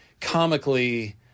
comically